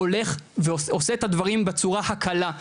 הולך ועושה את הדברים בצורה הקלה,